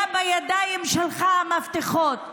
בידיים שלך היו המפתחות,